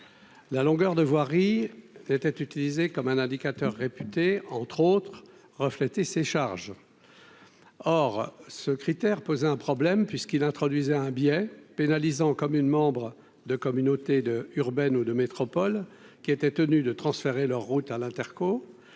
la longueur de voirie était utilisé comme un indicateur réputé entre autres refléter ses charges, or ce critère poser un problème puisqu'il introduisait un biais pénalisant comme une membres de communautés de urbaine ou de métropole qui était tenus de transférer leur route à l'Interco,